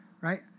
right